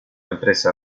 empresa